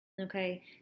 okay